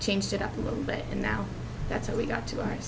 changed it up a little bit and now that's how we got to